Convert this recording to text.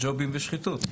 ג'ובים ושחיתות.